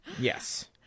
yes